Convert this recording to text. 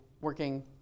working